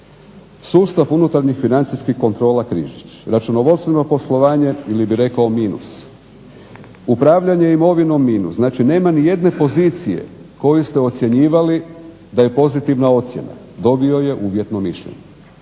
Sustav unutarnjih financijskih kontrola križić, računovodstveno poslovanje ili bih rekao minus, upravljanje imovinom minus. Znači, nema niti jedne pozicije koju ste ocjenjivali da je pozitivna ocjena. Dobio je uvjetno mišljenje.